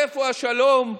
איפה השלום?